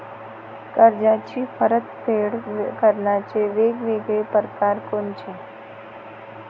कर्जाची परतफेड करण्याचे वेगवेगळ परकार कोनचे?